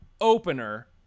opener